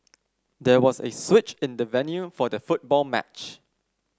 there was a switch in the venue for the football match